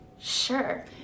Sure